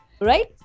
Right